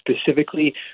specifically